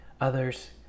Others